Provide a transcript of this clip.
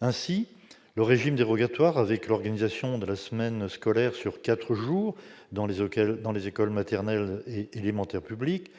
Ainsi, le régime dérogatoire avec l'organisation de la semaine scolaire sur quatre jours dans les écoles maternelles et élémentaires publiques